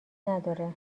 نداره